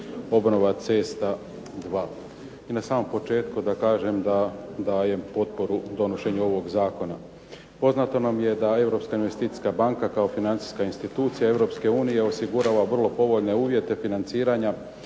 obnova cesta II i na samom početku da kažem da dajem potporu donošenju ovog zakona. Poznato nam je da Europska investicijska banka kao financijska institucija Europske unije osigurava vrlo povoljne uvjete financiranja